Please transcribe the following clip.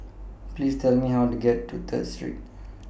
Please Tell Me How to get to Third Street